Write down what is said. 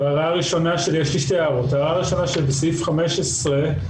ההערה הראשונה שלי, בתקנה 15,